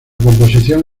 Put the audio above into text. composición